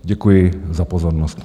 Děkuji za pozornost.